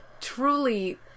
truly